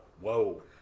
whoa